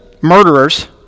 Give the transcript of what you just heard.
murderers